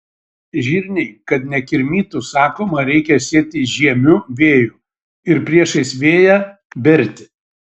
žirniai kad nekirmytų sakoma reikia sėti žiemiu vėju ir priešais vėją berti